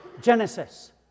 Genesis